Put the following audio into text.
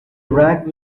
ragged